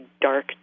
dark